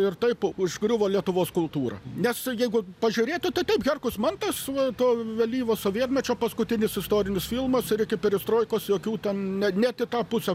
ir taip užgriuvo lietuvos kultūrą nes jeigu pažiūrėtų tai taip herkus mantas va to vėlyvo sovietmečio paskutinius istorinius filmas ir iki perestroikos jokių ten net į tą pusę